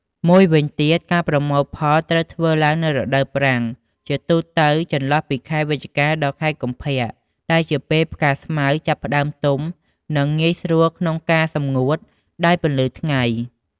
មួយវិញទៀត ការប្រមូលផលត្រូវធ្វើឡើងនៅរដូវប្រាំង ជាទូទៅចន្លោះខែវិច្ឆិកា ដល់ខែកុម្ភៈ ដែលជាពេលវេលាផ្កាស្មៅចាប់ផ្ដើមទុំ និងងាយស្រួលក្នុងការសម្ងួតដោយពន្លឺថ្ងៃ។